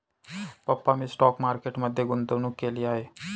पप्पा मी stock market मध्ये गुंतवणूक केली आहे